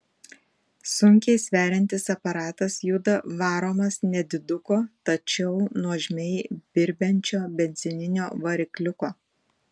sunkiai sveriantis aparatas juda varomas nediduko tačiau nuožmiai birbiančio benzininio varikliuko